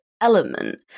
element